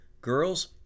Girls